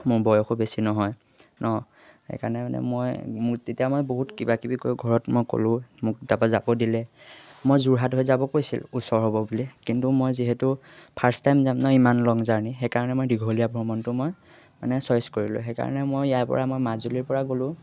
মোৰ বয়সো বেছি নহয় ন সেইকাৰণে মানে মই মোক তেতিয়া মই বহুত কিবাকিবি কৈ ঘৰত মই ক'লোঁ মোক তাৰপৰা যাব দিলে মই যোৰহাট হৈ যাব কৈছিল ওচৰ হ'ব বুলি কিন্তু মই যিহেতু ফাৰ্ষ্ট টাইম যাম ন ইমান লং জাৰ্ণি সেইকাৰণে মই দীঘলীয়া ভ্ৰমণটো মই মানে চইচ কৰিলোঁ সেইকাৰণে মই ইয়াৰ পৰা মই মাজুলীৰ পৰা গ'লোঁ